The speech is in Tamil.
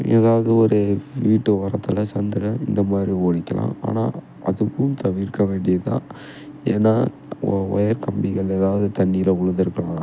எதாவது ஒரு வீட்டு ஓரத்தில் சந்தில் இந்த மாதிரி ஓடிகலாம் ஆனால் அதுவும் தவிர்க்க வேண்டியது தான் ஏன்னா ஒ ஒயர் கம்பிகள் எதாவது தண்ணியில விலுந்துருக்கலாம்